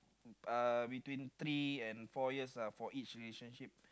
uh between three and four years uh for each relationship